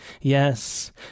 Yes